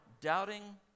Doubting